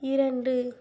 இரண்டு